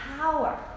power